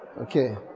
Okay